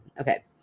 Okay